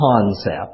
concept